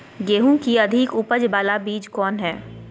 गेंहू की अधिक उपज बाला बीज कौन हैं?